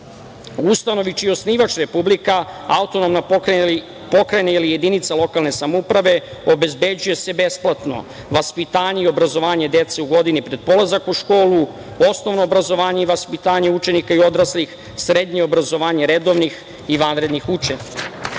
ustanovi čiji je osnivač Republika, autonomna pokrajina ili jedinica lokalne samouprave, obezbeđuje se besplatno vaspitanje i obrazovanje dece u godini pred polazak u školu, osnovno obrazovanje i vaspitanje učenika i odraslih, srednje obrazovanje redovnih i vanrednih učenika. Tu